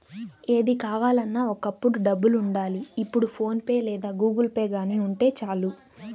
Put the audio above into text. ఏది కొనాలన్నా ఒకప్పుడు డబ్బులుండాలి ఇప్పుడు ఫోన్ పే లేదా గుగుల్పే గానీ ఉంటే చాలు